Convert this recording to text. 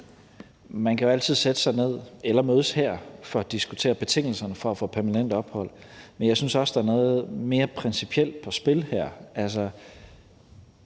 Man kan jo altid sætte sig ned eller mødes her for at diskutere betingelserne for at få permanent ophold, men jeg synes også, der er noget mere principielt på spil her.